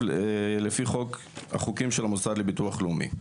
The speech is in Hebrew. לפי החוקים של המוסד לביטוח לאומי.